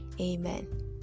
Amen